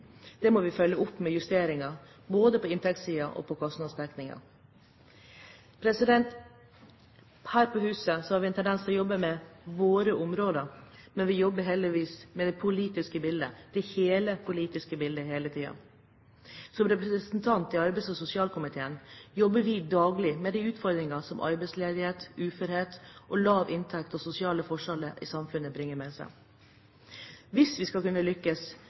Det må vi følge opp med justeringer, både på inntektssiden og når det gjelder kostnadsdekningen. Her i huset har vi en tendens til å jobbe med våre områder, men vi jobber heldigvis med hele det politiske bildet, hele tiden. Som medlemmer i arbeids- og sosialkomiteen jobber vi daglig med de utfordringene som arbeidsledighet, uførhet, lav inntekt og sosiale forskjeller i samfunnet bringer med seg. Hvis vi skal kunne lykkes